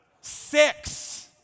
Six